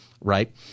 right